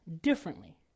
differently